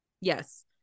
Yes